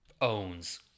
owns